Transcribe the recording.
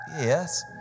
Yes